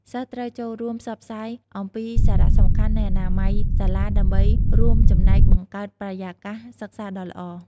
សិស្សត្រូវចូលរួមផ្សព្វផ្សាយអំពីសារៈសំខាន់នៃអនាម័យសាលា ដើម្បីរួមចំណែកបង្កើតបរិយាកាសសិក្សាដ៏ល្អ។